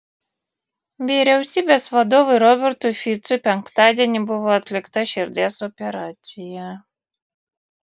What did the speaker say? vyriausybės vadovui robertui ficui penktadienį buvo atlikta širdies operacija